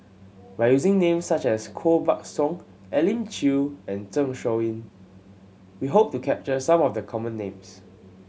by using names such as Koh Buck Song Elim Chew and Zeng Shouyin we hope to capture some of the common names